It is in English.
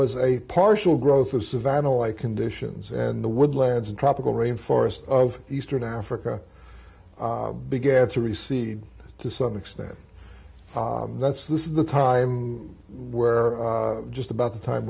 was a partial growth of savannah like conditions and the woodlands and tropical rainforest of eastern africa began to receive to some extent that's this is the time where just about the time